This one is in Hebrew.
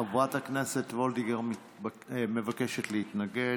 חברת הכנסת וולדיגר מבקשת להתנגד.